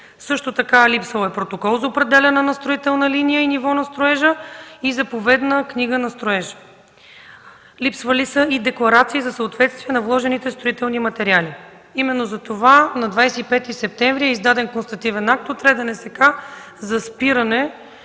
изпълнители. Липсвал е протокол за определяне на строителна линия, ниво на строежа и заповедна книга на строежа. Липсвали са и декларации за съответствие на вложените строителни материали. Именно затова на 25 септември е издаден констативен акт от РДНСК за спиране